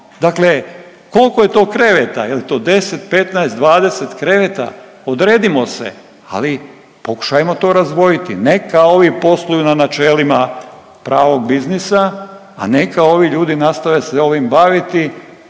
Dakle, koliko je to kreveta? Je li to 10, 15, 20 kreveta, odredimo se, ali pokušajmo to razdvojiti. Neka ovi posluju na načelima pravog biznisa, a neka ovi ljudi nastave se ovim baviti